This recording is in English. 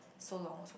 so long also